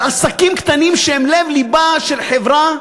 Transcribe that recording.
עסקים קטנים, שהם לב-לבה של חברה,